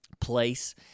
place